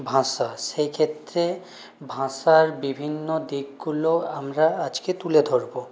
ভাষা সেই ক্ষেত্রে ভাষার বিভিন্ন দিকগুলো আমরা আজকে তুলে ধরব